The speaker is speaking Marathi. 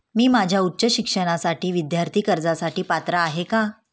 मी माझ्या उच्च शिक्षणासाठी विद्यार्थी कर्जासाठी पात्र आहे का?